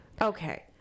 okay